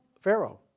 Pharaoh